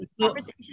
conversation